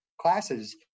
classes